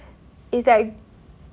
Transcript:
it's like